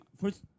first